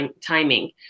timing